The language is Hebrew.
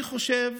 אני חושב